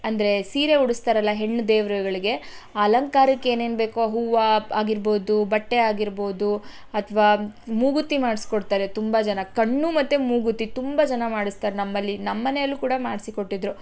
ಅಂದರೆ ಸೀರೆ ಉಡಿಸ್ತಾರಲ್ಲ ಹೆಣ್ಣು ದೇವರುಗಳಿಗೆ ಅಲಂಕಾರಕ್ಕೆನೇನು ಬೇಕೋ ಹೂವ ಆಗಿರ್ಬೋದು ಬಟ್ಟೆ ಆಗಿರ್ಬೋದು ಅಥವಾ ಮೂಗುತಿ ಮಾಡಿಸ್ಕೊಡ್ತಾರೆ ತುಂಬ ಜನ ಕಣ್ಣು ಮತ್ತು ಮೂಗುತಿ ತುಂಬ ಜನ ಮಾಡಿಸ್ತಾರೆ ನಮ್ಮಲ್ಲಿ ನಮ್ಮನೇಲಿ ಕೂಡ ಮಾಡಿಸಿ ಕೊಟ್ಟಿದ್ದರು